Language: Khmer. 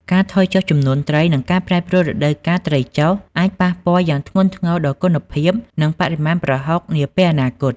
ការថយចុះចំនួនត្រី និងការប្រែប្រួលរដូវកាលត្រីចុះ អាចប៉ះពាល់យ៉ាងធ្ងន់ធ្ងរដល់គុណភាព និងបរិមាណប្រហុកនាពេលអនាគត។